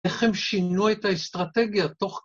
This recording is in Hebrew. ‫איך הם שינו את האסטרטגיה תוך...